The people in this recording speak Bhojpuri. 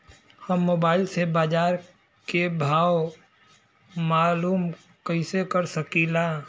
हम मोबाइल से बाजार के भाव मालूम कइसे कर सकीला?